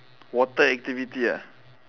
water activity ah